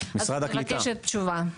מבקשת תשובה.